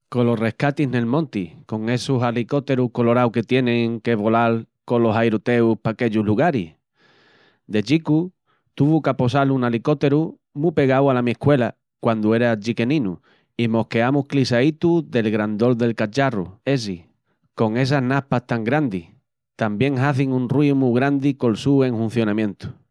Colos rescatis nel monti con essus alicóterus coloraus que tienin que volal colos airoteus p'aquellus lugaris. De chicu tuvu qu'aposal un alicóteru mu pegau ala mi escuela quandu era chiqueninu i mos queamus clissaitus del grandol del cacharru essi, con essas naspas tan grandis, tamién hazin un ruíu mu grandi col su enhuncionamientu.